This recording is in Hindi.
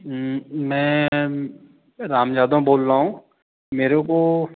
मैं राम यादव बोल रहा हूँ मेरे को